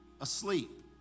asleep